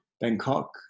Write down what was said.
Bangkok